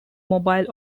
mobile